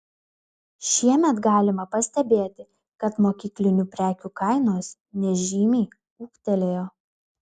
šiemet galima pastebėti kad mokyklinių prekių kainos nežymiai ūgtelėjo